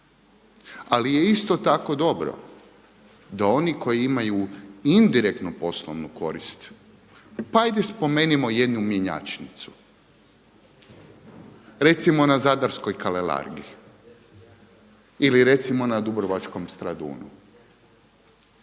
Ali je isto tako dobro da oni koji imaju indirektnu poslovnu korist, pa ajde spomenimo i jednu mjenjačnicu, recimo na zadarskoj Kalerargi ili recimo na dubrovačkom Stradunu.